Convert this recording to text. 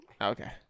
Okay